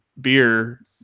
beer